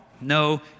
No